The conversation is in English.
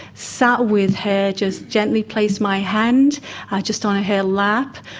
sat with her, just gently placed my hand just on her lap.